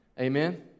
Amen